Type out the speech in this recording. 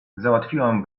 załatwiłam